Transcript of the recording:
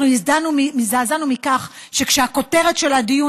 אנחנו הזדעזענו מכך שכשהכותרת של הדיון